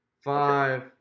Five